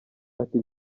ati